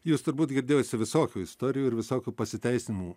jūs turbūt girdėjusi visokių istorijų ir visokių pasiteisinimų